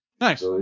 Nice